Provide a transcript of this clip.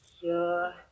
Sure